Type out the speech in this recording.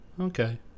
okay